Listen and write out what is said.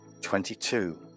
Twenty-two